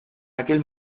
aquel